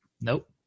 Nope